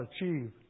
achieve